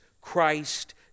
Christ